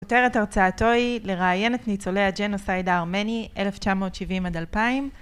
כותרת הרצאתו היא לראיין את ניצולי הג'נוסייד הארמני - 1970 עד 2000